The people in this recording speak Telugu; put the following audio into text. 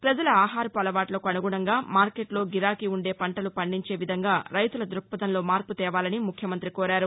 ప్రజల ఆహారపు అలవాట్లకు అసుగుణంగా మార్కెట్లో గిరాకీ ఉండే పంటలు పండించే విధంగా రైతుల ద్భక్పథంలో మార్పు తేవాలని ముఖ్యమంత్రి కోరారు